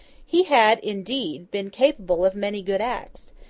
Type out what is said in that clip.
he had, indeed, been capable of many good acts,